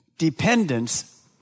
dependence